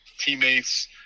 teammates